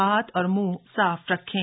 हाथ और मुंह साफ रखें